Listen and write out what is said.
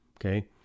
okay